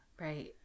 Right